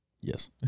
yes